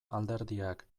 alderdiak